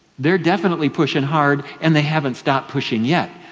they're definitely pushing hard and they haven't stopped pushing yet.